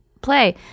play